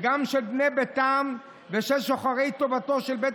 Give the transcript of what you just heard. וגם של בני ביתם ושל שוחרי טובתו של בית